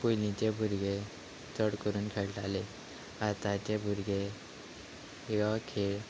पयलींचे भुरगे चड करून खेळटाले आतांचे भुरगे हो खेळ